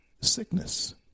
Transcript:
Sickness